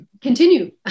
continue